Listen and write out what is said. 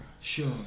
Sure